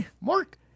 Mark